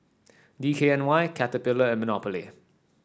D K N Y Caterpillar and Monopoly